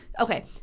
okay